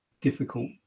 difficult